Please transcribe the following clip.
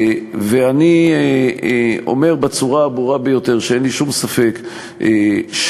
אני אומר בצורה הברורה ביותר שאין לי שום ספק שפתיחת